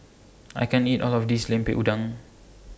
I can't eat All of This Lemper Udang